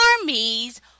armies